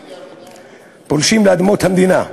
פולשים לאדמות המדינה,